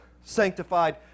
sanctified